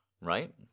right